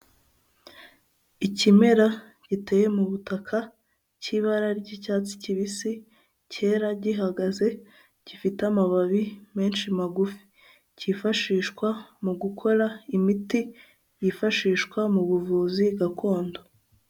Ikimera giteye mu butaka cy'ibara ry'icyatsi kibisi, cyera gihagaze, gifite amababi menshi magufi, cyifashishwa mu gukora imiti yifashishwa mu buvuzi gakondo.